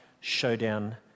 showdown